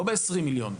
לא ב-20 מיליון.